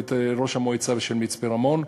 את ראש המועצה של מצפה-רמון.